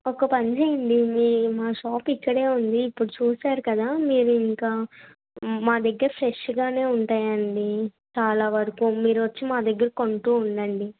ఒక పని చెయ్యండి మీ మా షాపిక్కడే ఉంది ఇప్పుడు చూసారు కదా మీరింకా మా దగ్గర ఫ్రెషుగానే ఉంటాయండీ చాలా వరకు మీరు వచ్చి మా దగ్గర కొంటూ ఉండండి